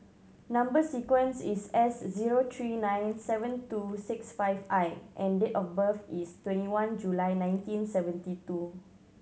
number sequence is S zero three nine seven two six five I and date of birth is twenty one July nineteen seventy two